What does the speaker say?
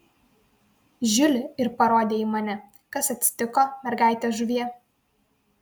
žiuli ir parodė į mane kas atsitiko mergaite žuvie